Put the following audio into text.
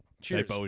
Cheers